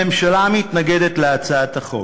הממשלה מתנגדת להצעת החוק.